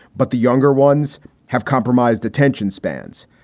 but the younger ones have compromised attention spans.